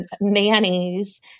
nannies